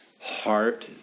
heart